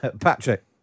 Patrick